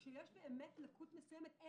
שכאשר יש לקות מסוימת,